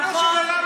נכון.